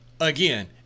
again